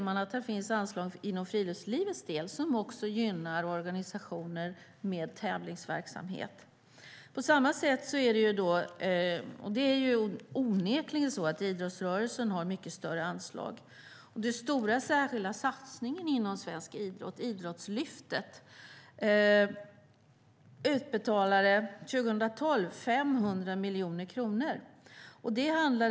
Det finns anslag på friluftslivets område som också gynnar organisationer med tävlingsverksamhet. Det är onekligen så att idrottsrörelsen har mycket större anslag. Den stora särskilda satsningen inom svensk idrott, Idrottslyftet, utbetalade 500 miljoner kronor 2012.